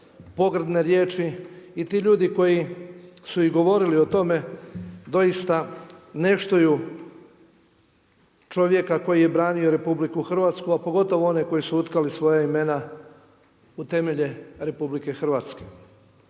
pogrebne riječi i ti ljudi koji su i govorili o tome, doista ne štuju čovjeka koji je branio RH, a pogotovo one koji su utkali svoja imena u temelje RH. Ovaj